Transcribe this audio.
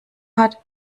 hat